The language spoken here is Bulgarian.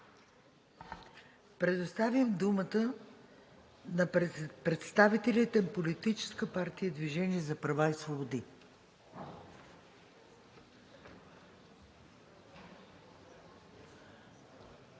Предоставям думата на представител на Политическа партия „Движение за права и свободи“.